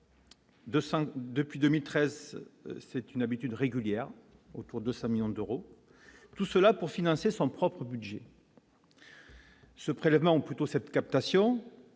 depuis 2013, c'est une habitude régulière autour de sa millions d'euros, tout cela pour financer son propre budget. Ce prélèvement plutôt cette captation,